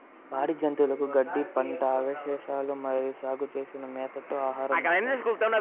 పాడి జంతువులకు గడ్డి, పంట అవశేషాలు మరియు సాగు చేసిన మేతతో ఆహారం ఇస్తారు